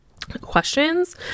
questions